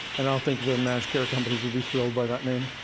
and i don't think the manage care companies would be thrilled by that name.